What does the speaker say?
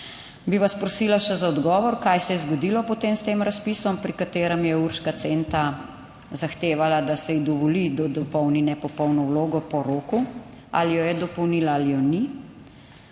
Bi vas prosila še za odgovor, kaj se je zgodilo potem s tem razpisom, pri katerem je Urška Centa zahtevala, da se ji dovoli, da dopolni nepopolno vlogo po roku. Ali jo je dopolnila ali je ni.